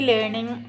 Learning